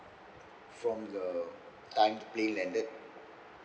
from the time the plane landed